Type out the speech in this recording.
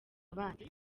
abandi